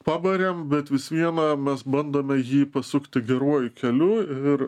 pabarėm bet vis viena mes bandome jį pasukti geruoju keliu ir